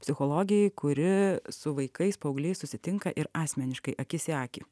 psichologei kuri su vaikais paaugliais susitinka ir asmeniškai akis į akį